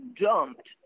dumped